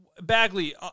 Bagley